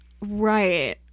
Right